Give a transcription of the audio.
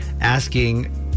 asking